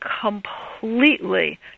completely